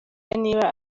niba